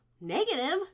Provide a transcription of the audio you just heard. negative